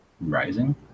rising